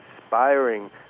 inspiring